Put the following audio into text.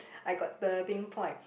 I got thirteen point